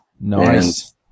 Nice